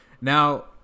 Now